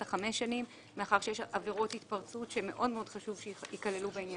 ה-5 שנים מאחר שיש עבירות התפרצות שמאוד חשוב שתיכללנה בעניין הזה.